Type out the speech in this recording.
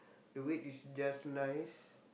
the weight is just nice